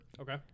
Okay